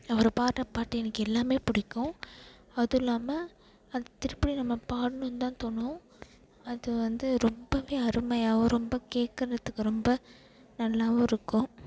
அவர் பாடுற பாட்டு எனக்கு எல்லாமே பிடிக்கும் அதுவும் இல்லாமல் அது திருப்பி நம்ம பாடணுன்னு தான் தோணும் அது வந்து ரொம்பவே அருமையாகவும் ரொம்ப கேட்கறத்துக்கு ரொம்ப நல்லாவும் இருக்கும்